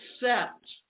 accept